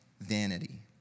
vanity